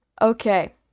Okay